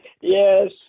yes